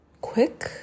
quick